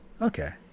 Okay